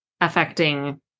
affecting